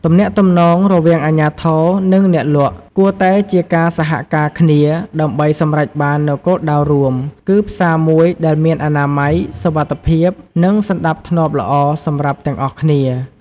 ទំនាក់ទំនងរវាងអាជ្ញាធរ និងអ្នកលក់គួរតែជាការសហការគ្នាដើម្បីសម្រេចបាននូវគោលដៅរួម គឺផ្សារមួយដែលមានអនាម័យ សុវត្ថិភាព និងសណ្ដាប់ធ្នាប់ល្អសម្រាប់ទាំងអស់គ្នា។